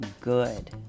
good